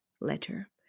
letter